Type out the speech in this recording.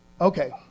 Okay